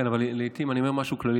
אני אומר משהו כללי,